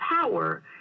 power